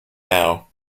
now